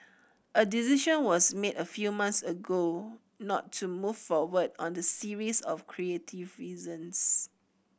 a decision was made a few months ago not to move forward on the series of creative reasons